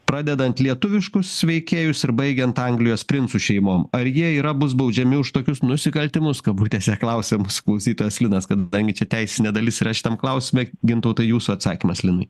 pradedant lietuviškus veikėjus ir baigiant anglijos princų šeimom ar jie yra bus baudžiami už tokius nusikaltimus kabutėse klausia mūsų klausytojas linas kadangi čia teisinė dalis yra šitam klausime gintautai jūsų atsakymas linui